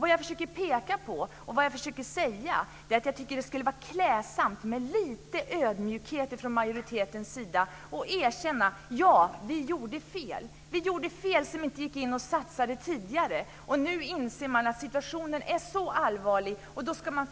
Vad jag försöker peka på är att jag tycker det skulle vara klädsamt med lite ödmjukhet från majoritetens sida. Man kunde kanske erkänna att man gjorde fel. Man gjorde fel som inte gick in och satsade tidigare. Nu inser man att situationen är allvarlig och